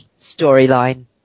storyline